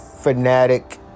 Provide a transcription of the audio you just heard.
fanatic